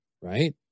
Right